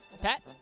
Pat